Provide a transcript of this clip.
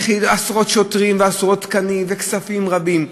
עשרות שוטרים, עשרות תקנים וכספים רבים,